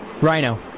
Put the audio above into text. Rhino